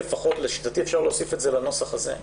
ולשיטתי אפשר להוסיף את זה לנוסח הזה.